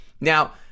Now